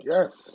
Yes